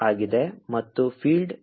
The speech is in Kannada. ಮತ್ತು ಫೀಲ್ಡ್ ಇದು ಪಾಸಿಟಿವ್ ಚಾರ್ಜ್ ಆಗಿದೆ